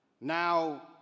Now